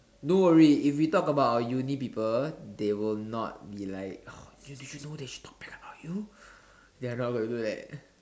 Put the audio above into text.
don't worry if we talk about our uni people they will not be like oh did you know that she talk bad about you they're not gonna do that